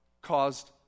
caused